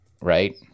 right